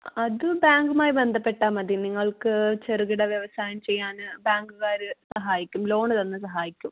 അത് ബാങ്കുമായി ബന്ധപ്പെട്ടാൽമതി നിങ്ങൾക്ക് ചെറുകിട വ്യവസായം ചെയ്യാൻ ബാങ്കുകാർ സഹായിക്കും ലോണ് തന്ന് സഹായിക്കും